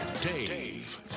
Dave